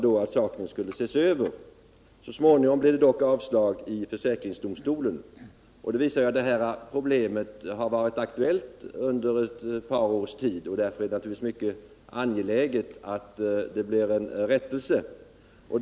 Så Fredagen den småningom blev det dock avslag i försäkringsdomstolen. Detta visar att 3 mars 1978 problemet har varit aktuellt under ett par års tid. och det är naturligtvis angeläget att det får en lösning.